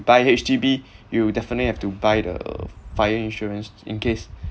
buy H_D_B you definitely have to buy the f~ fire insurance in case